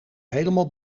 helemaal